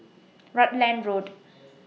Rutland Road